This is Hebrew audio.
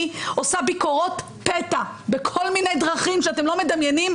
אני עושה ביקורות פתע בכל מיני דרכים שאתם לא מדמיינים,